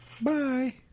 Bye